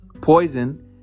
Poison